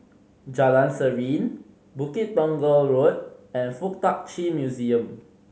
Jalan Serene Bukit Tunggal Road and Fuk Tak Chi Museum